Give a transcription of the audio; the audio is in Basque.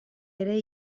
ere